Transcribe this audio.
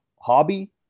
hobby